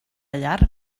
llar